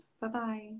bye-bye